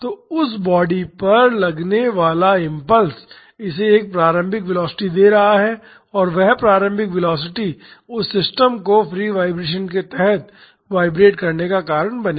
तो उस बॉडी पर अभिनय करने वाला इम्पल्स इसे एक प्रारंभिक वेलोसिटी दे रहा है और वह प्रारंभिक वेलोसिटी उस सिस्टम को फ्री वाईब्रेशन के तहत वाइब्रेट करने का कारण बनेगा